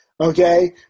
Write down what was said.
okay